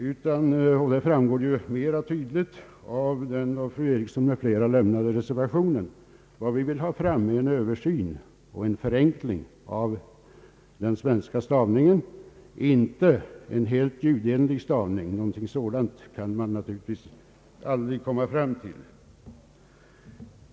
Såsom tydligt framgår av den av fru Nancy Eriksson m.fl. lämnade reservationen vill vi få en översyn och en förenkling av den svenska stavningen, alltså inte en helt ljudenlig stavning. Någonting sådant kan man naturligtvis aldrig komma fram till.